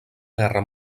guerra